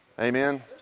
Amen